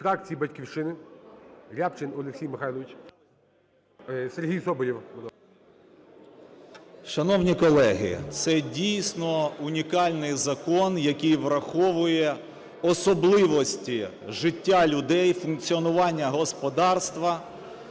Шановні колеги, це дійсно унікальний закон, який враховує особливості життя людей, функціонування господарства